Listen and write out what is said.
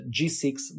g6